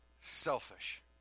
selfish